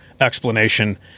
explanation